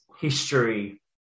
history